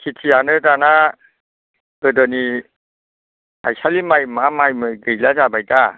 खेथियानो दाना गोदोनि माइसालि माइ मा माइ गैला जाबाय दा